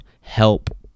help